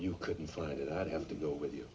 you couldn't find it i'd have to go with you